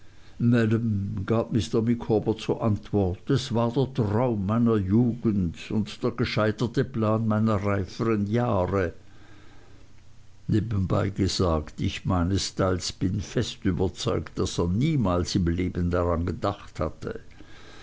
mr micawber zur antwort es war der traum meiner jugend und der gescheiterte plan meiner reifern jahre nebenbei gesagt ich meinesteils bin fest überzeugt daß er niemals im leben daran gedacht hatte